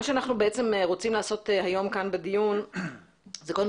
מה שאנחנו בעצם רוצים לעשות היום כאן בדיון זה קודם